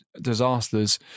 disasters